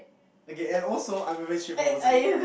okay and also I'm a very straight forward person